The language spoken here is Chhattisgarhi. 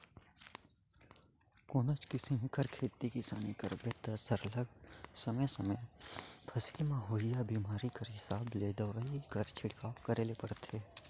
कोनोच किसिम कर खेती किसानी करबे ता सरलग समे समे फसिल में होवइया बेमारी कर हिसाब ले दवई कर छिड़काव करे ले परथे